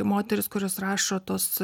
moterys kurios rašo tuos